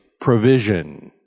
provision